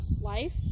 life